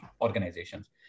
organizations